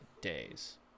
days